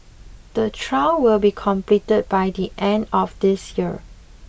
the trial will be completed by the end of this year